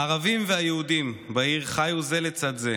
הערבים והיהודים בעיר חיו זה לצד זה,